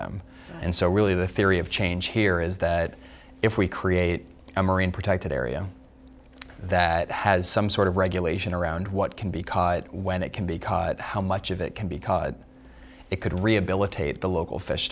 them and so really the theory of change here is that if we create a marine protected area that has some sort of regulation around what can be when it can be cut how much of it can be it could rehabilitate the local fish